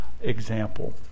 example